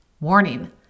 warning